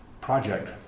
project